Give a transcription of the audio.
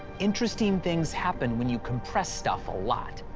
interesting things happen when you compress stuff a lot.